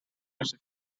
music